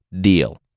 deal